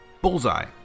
Bullseye